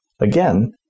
Again